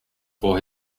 for